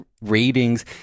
ratings